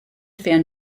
fan